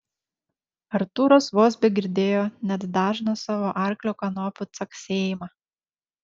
artūras vos begirdėjo net dažną savo arklio kanopų caksėjimą